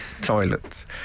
toilets